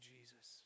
Jesus